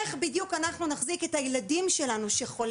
איך בדיוק אנחנו נחזיק את הילדים שחולים,